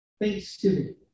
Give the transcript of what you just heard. Thanksgiving